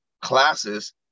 classes